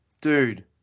dude